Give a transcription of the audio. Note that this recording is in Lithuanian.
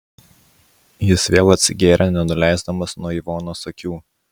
jis vėl atsigėrė nenuleisdamas nuo ivonos akių